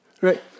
right